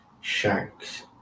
sharks